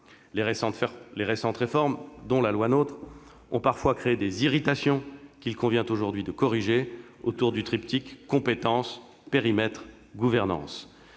Les récentes réformes, dont la loi NOTRe, ont parfois créé des irritations qu'il convient aujourd'hui de corriger, autour du triptyque compétences-périmètre-gouvernance.